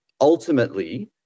ultimately